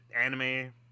Anime